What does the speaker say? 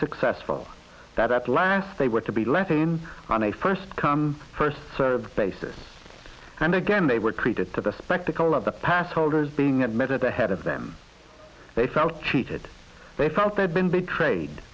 successful that at last they were to be let in on a first come first served basis and again they were treated to the spectacle of the pass holders being admitted ahead of them they felt cheated they felt they'd been betrayed